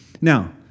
Now